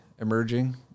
emerging